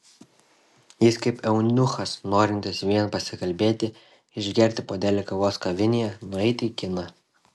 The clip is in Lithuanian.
jis kaip eunuchas norintis vien pasikalbėti išgerti puodelį kavos kavinėje nueiti į kiną